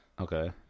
Okay